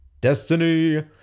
Destiny